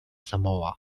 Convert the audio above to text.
samoa